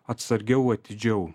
atsargiau atidžiau